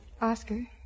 Oscar